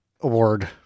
award